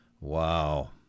Wow